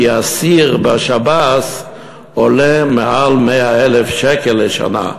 כי אסיר בשב"ס עולה יותר מ-100,000 שקל לשנה,